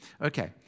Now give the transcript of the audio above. Okay